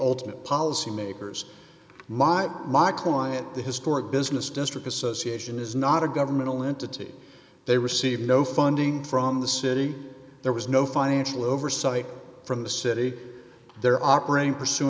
ultimate policy makers live my client the historic business district association is not a governmental entity they receive no funding from the city there was no financial oversight from the city they're operating pursu